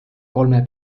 kolme